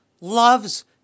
loves